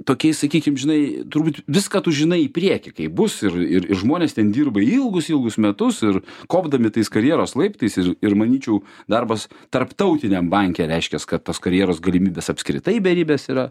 tokiais sakykim žinai turbūt viską tu žinai į priekį kaip bus ir ir ir žmonės ten dirba ilgus ilgus metus ir kopdami tais karjeros laiptais ir ir manyčiau darbas tarptautiniam banke reiškias kad tos karjeros galimybės apskritai beribės yra